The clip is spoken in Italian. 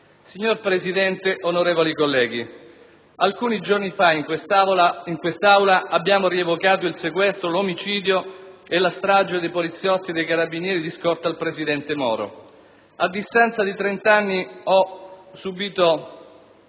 Signor Presidente, onorevoli colleghi, alcuni giorni fa in quest'Aula abbiamo rievocato il sequestro, l'omicidio e la strage dei poliziotti e dei carabinieri di scorta al presidente Aldo Moro. A distanza di trent'anni ho subito